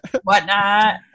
whatnot